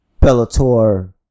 Bellator